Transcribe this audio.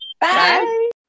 Bye